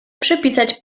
przypisać